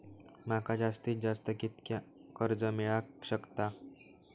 माका जास्तीत जास्त कितक्या कर्ज मेलाक शकता?